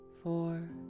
Four